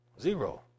Zero